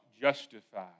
justified